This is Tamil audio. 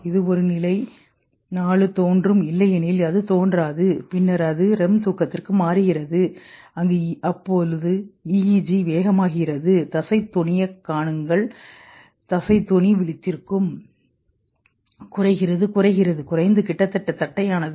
இது ஒரு நிலை 4 தோன்றும் இல்லையெனில் அது தோன்றாது பின்னர் அது REM தூக்கத்திற்கு மாறுகிறது அங்கு EEG வேகமாகிறது தசைக் தொனியைக் காணுங்கள் தசை தொனி விழித்திருக்கும் குறைகிறது குறைகிறது குறைந்து கிட்டத்தட்ட தட்டையானது